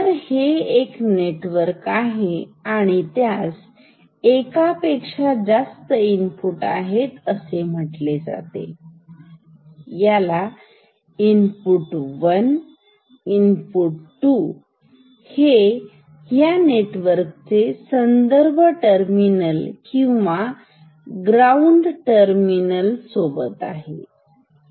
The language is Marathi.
तर हे एक नेटवर्क आहे आणि त्यास एकापेक्षा जास्त इनपुट आहेत असे म्हटले जाते याला इनपुट 1 दुसरे इनपुट 2 हे या नेटवर्कचे संदर्भ टर्मिनल किंवा ग्राउंड टर्मिनल आहे